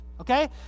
Okay